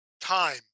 time